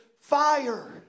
fire